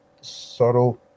subtle